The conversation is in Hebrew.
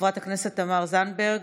חברת הכנסת תמר זנדברג,